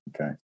Okay